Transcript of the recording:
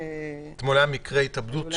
אתמול שמענו על מקרה התאבדות.